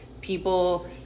people